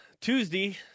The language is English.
Tuesday